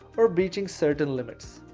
or beaching certain limits.